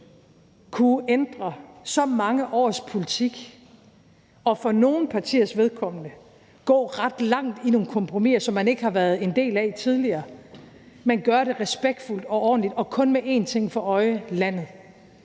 kunne ændre så mange års politik og for nogle partiers vedkommende gå ret langt i nogle kompromiser, som man ikke havde været en del af tidligere, og gøre det respektfuldt og ordentligt og kun med én ting for øje,